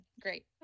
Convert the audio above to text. great